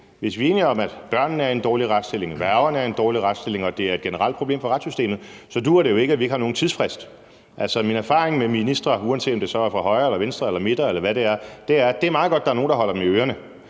hvis vi er enige om, at børnene har en dårlig retsstilling, og at værgerne har en dårlig retsstilling og det er et generelt problem for retssystemet, så duer det jo ikke, at vi ikke har nogen tidsfrist. Altså, min erfaring med ministre, uanset om det så er fra højre eller venstre eller midten, eller hvad det er, er, at det er meget godt, at der er nogen, der holder dem i ørerne.